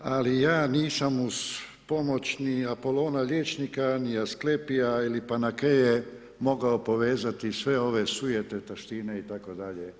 Ali ja nisam uz pomoć ni apolona liječnika ni asklepija ili panakeje mogao povezati sve ove sujete taštine itd.